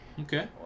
okay